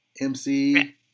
MC